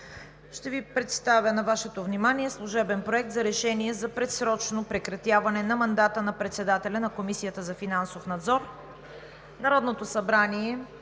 Ще представя на Вашето внимание служебен: „Проект! РЕШЕНИЕ за предсрочно прекратяване на мандата на председателя на Комисията за финансов надзор Народното събрание